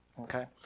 Okay